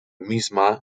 misma